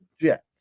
jets